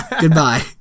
Goodbye